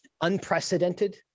unprecedented